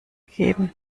geben